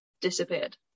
disappeared